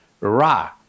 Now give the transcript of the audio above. Ra